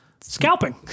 scalping